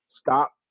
stop